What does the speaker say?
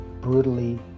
brutally